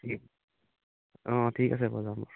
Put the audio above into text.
অঁ অঁ ঠিক আছে যাম